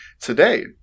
Today